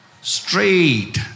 straight